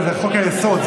זה חוק-היסוד,